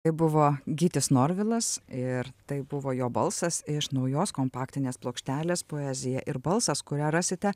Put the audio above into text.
tai buvo gytis norvilas ir tai buvo jo balsas iš naujos kompaktinės plokštelės poezija ir balsas kurią rasite